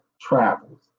travels